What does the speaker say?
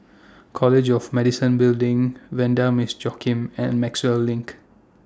College of Medicine Building Vanda Miss Joaquim and Maxwell LINK